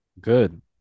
Good